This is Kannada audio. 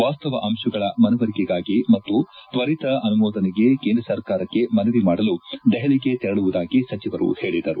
ವಾಸ್ತವ ಅಂಶಗಳ ಮನವರಿಕೆಗಾಗಿ ಮತ್ತು ತ್ವರಿತ ಅನುಮೋದನೆಗೆ ಕೇಂದ್ರ ಸರ್ಕಾರಕ್ಕೆ ಮನವಿ ಮಾಡಲು ದೆಹಲಿಗೆ ತೆರಳುವುದಾಗಿ ಸಚಿವರು ಹೇಳಿದರು